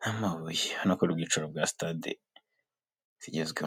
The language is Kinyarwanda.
n'amabuye ubona ko ari ubwicaro bwa sitade zigezweho.